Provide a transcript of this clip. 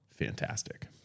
fantastic